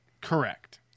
Correct